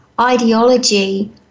ideology